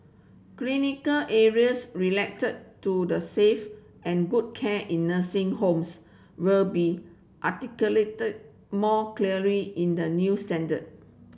clinical areas related to the safe and good care in nursing homes will be articulated more clearly in the new standard